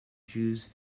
jews